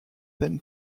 then